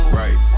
right